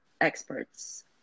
experts